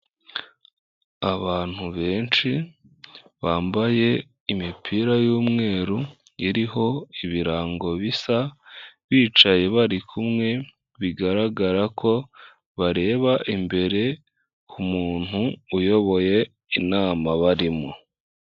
Abantu benshi bambaye imipira y'umweru iriho ibirango bisa bicaye bari kumwe bigaragara ko bareba imbere umuntu uyoboye inama barimo.